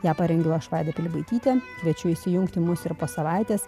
ją parengiau aš vaida pilibaitytė kviečiu įsijungti mus ir po savaitės